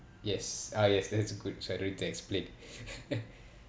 yes uh yes that's a good so I don't need to explain